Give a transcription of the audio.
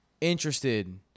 interested